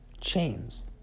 chains